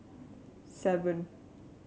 seven